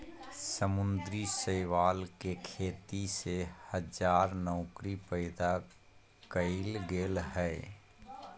समुद्री शैवाल के खेती से हजार नौकरी पैदा कइल गेल हइ